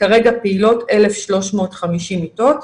כרגע פעילות 1,350 מיטות.